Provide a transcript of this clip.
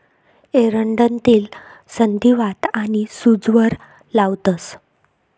एरंडनं तेल संधीवात आनी सूजवर लावतंस